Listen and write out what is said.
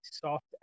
soft